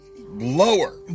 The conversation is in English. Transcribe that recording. lower